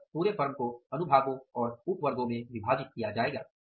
अतः पुरे फर्म को अनुभागों और उप वर्गों में विभाजित किया जायेगा